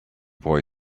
boy